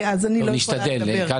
כי אז אני לא יכולה לדבר.